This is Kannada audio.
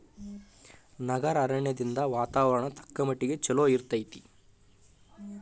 ನಗರ ಅರಣ್ಯದಿಂದ ವಾತಾವರಣ ತಕ್ಕಮಟ್ಟಿಗೆ ಚಲೋ ಇರ್ತೈತಿ